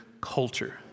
culture